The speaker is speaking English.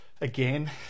Again